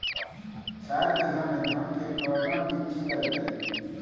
चार बीघा में धन के कर्टन बिच्ची लगतै?